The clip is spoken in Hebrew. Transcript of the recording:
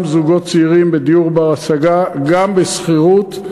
גם זוגות צעירים, בדיור בר-השגה, גם בשכירות,